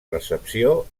recepció